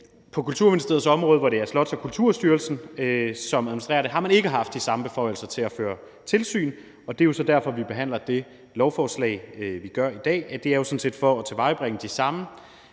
På Kulturministeriets område, hvor det er Slots- og Kulturstyrelsen, som administrerer det, har man ikke haft de samme beføjelser til at føre tilsyn, og det er jo så derfor, vi behandler det lovforslag, vi behandler i dag. Det er jo sådan set for at tilvejebringe de samme